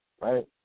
right